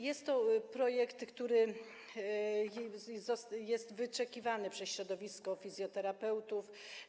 Jest to projekt, który jest wyczekiwany przez środowisko fizjoterapeutów.